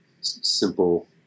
simple